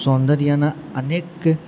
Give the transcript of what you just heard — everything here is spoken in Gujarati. સૌંદર્યના અનેક